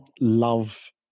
love